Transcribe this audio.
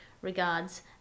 Regards